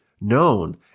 known